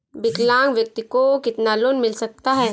विकलांग व्यक्ति को कितना लोंन मिल सकता है?